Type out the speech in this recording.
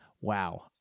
wow